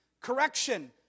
correction